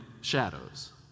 shadows